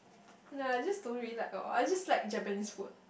no I just don't really like orh I just like Japanese food